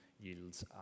yields